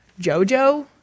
Jojo